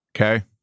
Okay